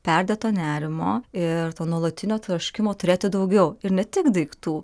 perdėto nerimo ir nuolatinio troškimo turėti daugiau ir ne tik daiktų